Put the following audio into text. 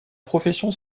profession